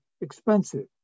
expensive